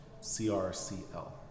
C-R-C-L